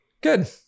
Good